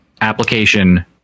application